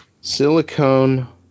Silicone